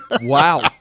wow